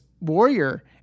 warrior